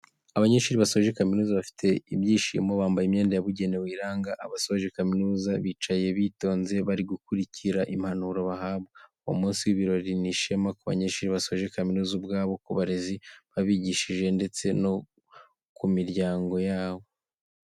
Abanyeshuri basoje kamizuza bafite ibyishimo, bambaye imyenda yabugenewe iranga abasoje kaminuza bicaye bitonze bari gukurikira impanuro bahabwa, uwo munsi w'ibirori ni ishema ku banyeshuri basoje kaminuza ubwabo, ku barezi babigishije ndetse no ku miryango yabo.